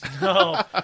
No